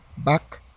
back